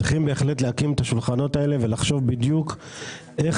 צריכים להקים את השולחנות האלה ולחשוב בדיוק איך